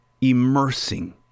immersing